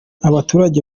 abaturage